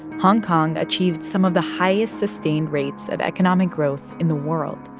hong kong achieved some of the highest sustained rates of economic growth in the world.